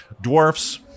dwarfs